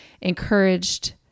encouraged